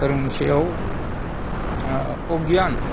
फोरोंसेयाव अगियान